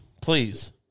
please